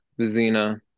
Vizina